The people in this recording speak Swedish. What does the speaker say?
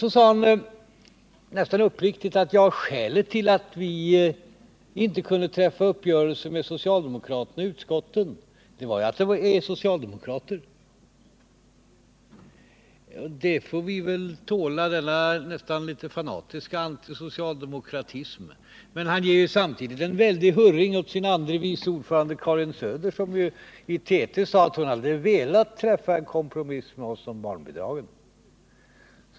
Sedan sade han, nästan uppriktigt: Skälet till att vi inte kunde träffa en uppgörelse med socialdemokraterna i utskotten var ju att de är socialdemokrater. Denna nästan fanatiska antisocialdemokratism får vi väl tåla, men han ger ju samtidigt en väldig hurring åt sitt partis andre vice ordförande Karin Söder, som i TT sade att hon hade velat träffa en kompromiss med oss om barnbidragen.